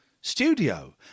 studio